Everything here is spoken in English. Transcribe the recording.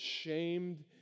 shamed